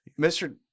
Mr